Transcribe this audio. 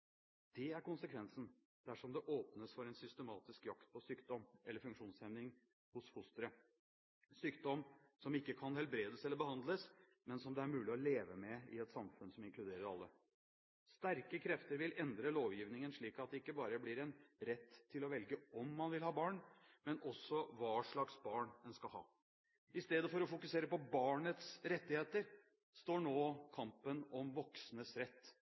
Det er konsekvensen dersom det åpnes for en systematisk jakt på sykdom eller funksjonshemming hos fosteret – sykdom som ikke kan helbredes eller behandles, men som det er mulig å leve med i et samfunn som inkluderer alle. Sterke krefter vil endre lovgivningen, slik at det ikke bare blir en rett til å velge om man vil ha barn, men også hva slags barn man skal ha. I stedet for å fokusere på barnets rettigheter står nå kampen om voksnes rett